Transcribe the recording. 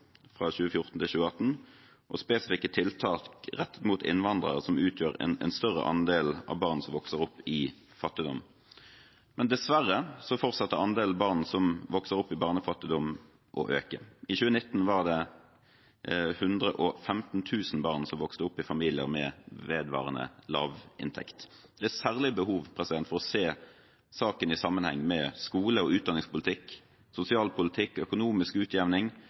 fra 2014 til 2018, og spesifikke tiltak rettet mot innvandrere, som har en større andel av barn som vokser opp i fattigdom. Dessverre fortsetter andelen barn som vokser opp i barnefattigdom å øke. I 2019 var det 115 000 barn som vokste opp i familier med vedvarende lav inntekt. Det er særlig behov for å se saken i sammenheng med skole- og utdanningspolitikk, sosialpolitikk, økonomisk utjevning